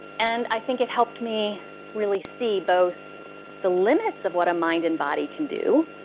and i think it helped me really see both the limits of what a mind and body can do